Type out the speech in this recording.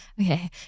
okay